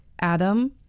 Adam